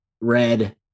red